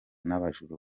n’abajura